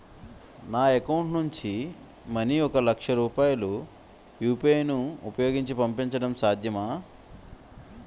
నా అకౌంట్ నుంచి మనీ ఒక లక్ష రూపాయలు యు.పి.ఐ ను ఉపయోగించి పంపడం సాధ్యమా?